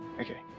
Okay